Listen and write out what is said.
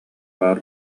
баар